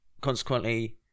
consequently